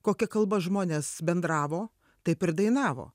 kokia kalba žmonės bendravo taip ir dainavo